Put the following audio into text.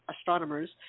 astronomers